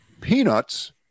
peanuts